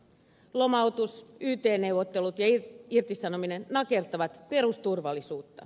lomautus yt neuvottelut ja irtisanominen nakertavat perusturvallisuutta